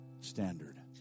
standard